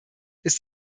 ist